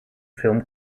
film